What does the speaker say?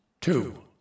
two